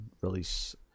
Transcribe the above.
release